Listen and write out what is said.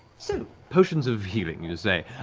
so potions of healing, you say.